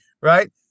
right